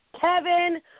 Kevin